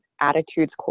attitudes